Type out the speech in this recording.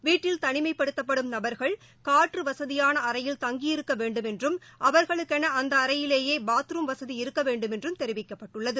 வீட்டில் தனிமைப்படுத்தப்படும் நபர்கள் காற்றுவசதியானஅறையில் தங்கியிருக்கவேண்டுமென்றும் அவர்களுக்கெனஅந்தஅறையிலேயேபாத் ரும் வசதி இருக்கவேண்டுமென்றும் தெரிவிக்கப்பட்டுள்ளது